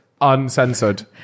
uncensored